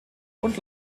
und